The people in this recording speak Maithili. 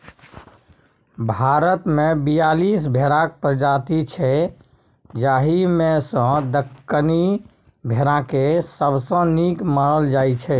भारतमे बीयालीस भेराक प्रजाति छै जाहि मे सँ दक्कनी भेराकेँ सबसँ नीक मानल जाइ छै